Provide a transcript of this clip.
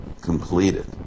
completed